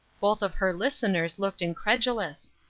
both of her listeners looked incredulous.